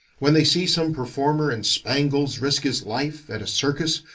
when they see some performer in spangles risk his life, at a circus,